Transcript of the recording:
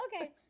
Okay